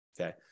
okay